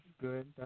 good